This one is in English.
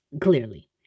clearly